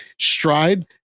stride